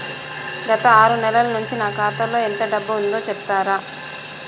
గత ఆరు నెలల నుంచి నా ఖాతా లో ఎంత డబ్బు ఉందో చెప్తరా?